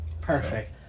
perfect